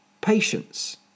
Patience